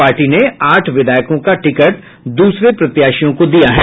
party ने आठ विधायकों का टिकट दूसरे प्रत्याशियों को दिया है